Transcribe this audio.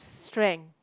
strength